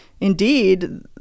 indeed